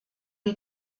die